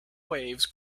waves